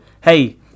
hey